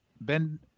Ben